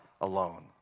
alone